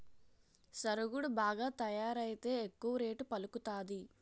సరుగుడు బాగా తయారైతే ఎక్కువ రేటు పలుకుతాది